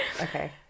Okay